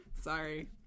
Sorry